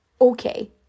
Okay